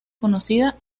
conocida